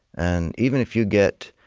and even if you get,